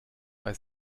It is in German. bei